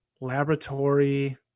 laboratory